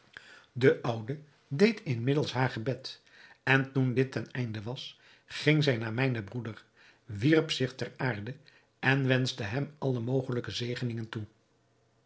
de oude deed inmiddels haar gebed en toen dit ten einde was ging zij naar mijnen broeder wierp zich ter aarde en wenschte hem alle mogelijke zegeningen toe